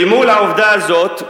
אל מול העובדה הזאת,